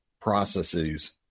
processes